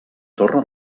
torre